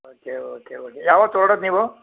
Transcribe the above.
okay okay okay ಯಾವತ್ತು ಒರ್ಡೋದು ನೀವು